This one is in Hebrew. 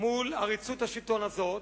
מול עריצות השלטון הזאת,